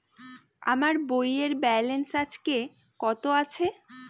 আমার বইয়ের ব্যালেন্স আজকে কত আছে?